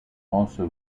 also